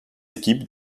équipes